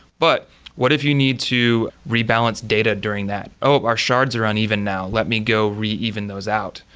but what if you need to rebalance data during that? oh, our shards are uneven now, let me go re-even those out.